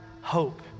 hope